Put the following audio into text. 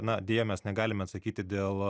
na deja mes negalime atsakyti dėl